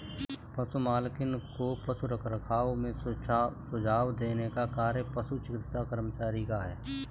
पशु मालिक को पशु रखरखाव में सुझाव देने का कार्य पशु चिकित्सा कर्मचारी का है